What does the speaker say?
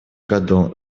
году